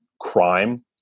crime